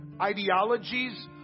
ideologies